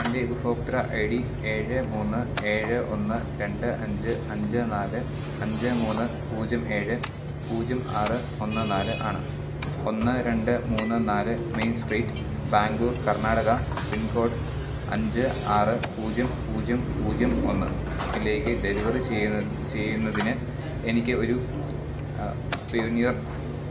എന്റെ ഉപഭോക്തൃ I D ഏഴ് മൂന്ന് ഏഴ് ഒന്ന് രണ്ട് അഞ്ച് അഞ്ച് നാല് അഞ്ച് മൂന്ന് പൂജ്യം ഏഴ് പൂജ്യം ആറ് ഒന്ന് നാല് ആണ് ഒന്ന് രണ്ട് മൂന്ന് നാല് main street Bangalore Karnataka pin code അഞ്ച് ആറ് പൂജ്യം പൂജ്യം പൂജ്യം ഒന്നിലേക്ക് ഡെലിവറി ചെയ്യുന്നതിന് എനിക്ക് ഒരു പയ്നിയർ